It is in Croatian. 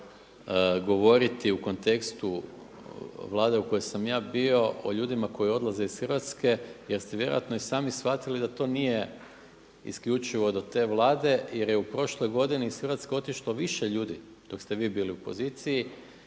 govoriti u kontekstu Vlade u kojoj sam ja bio o ljudima koji odlaze iz Hrvatske jer ste vjerojatno i sami shvatili da to nije isključivo do te Vlade jer je u prošloj godini iz Hrvatske otišlo više ljudi dok ste vi bili u poziciji